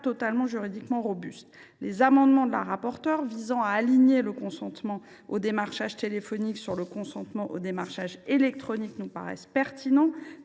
robuste juridiquement. Les amendements de la rapporteure visant à aligner le consentement au démarchage téléphonique sur le consentement au démarchage électronique nous paraissent pertinents,